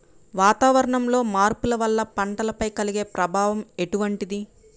వాతావరణంలో మార్పుల వల్ల పంటలపై కలిగే ప్రభావం ఎటువంటిది?